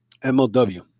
MLW